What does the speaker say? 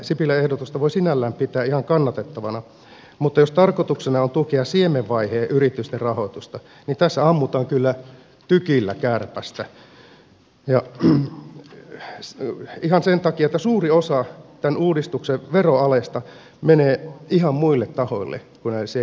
sipilän ehdotusta voi sinällään pitää ihan kannatettavana mutta jos tarkoituksena on tukea siemenvaiheen yritysten rahoitusta niin tässä ammutaan kyllä tykillä kärpästä ihan sen takia että suuri osa tämän uudistuksen veroalesta menee ihan muille tahoille kuin näille siemenvaiheen yrityksille